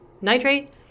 nitrate